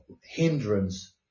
hindrance